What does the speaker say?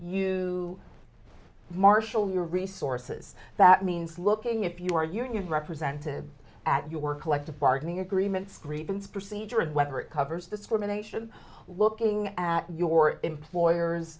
you marshal your resources that means looking if your union represented at your collective bargaining agreements grievance procedure and whether it covers discrimination looking at your employer